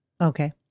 Okay